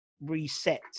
reset